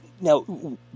Now